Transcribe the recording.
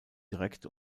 direkt